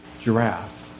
Giraffe